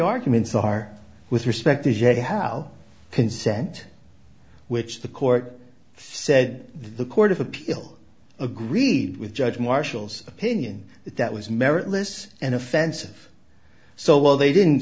arguments are with respect to j how consent which the court said the court of appeal agreed with judge marshall's opinion that that was meritless and offensive so while they didn't